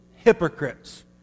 hypocrites